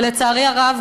ולצערי הרב,